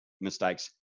mistakes